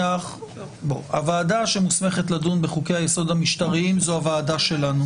הוועדה שמוסמכת לדון בחוקי היסוד המשטריים היא שלנו.